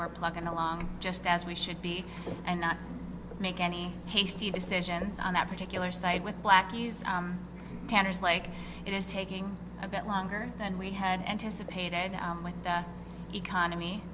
we're plugging along just as we should be and not make any hasty decisions on that particular side with blackies tanners like it is taking a bit longer than we had anticipated with the economy